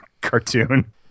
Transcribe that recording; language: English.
cartoon